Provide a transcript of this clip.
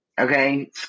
okay